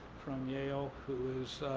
from yale who is